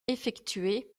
effectuées